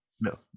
no